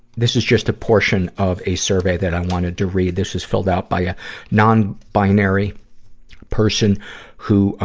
this is just a portion of a survey that i wanted to read. this is filled out by a a non-binary person who, ah,